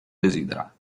desidera